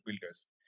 builders